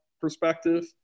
perspective